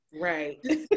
Right